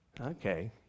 Okay